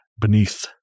beneath